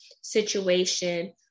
situation